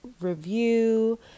review